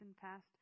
passed